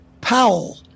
powell